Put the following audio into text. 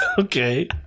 Okay